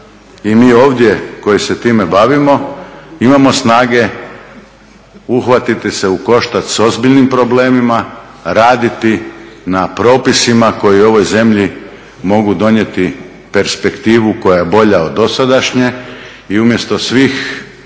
i mi ovdje koji se time bavimo imamo snage uhvatiti se u koštac s ozbiljnim problemima, raditi na propisima koji ovoj zemlji mogu donijeti perspektivu koja je bolja od dosadašnje i umjesto svih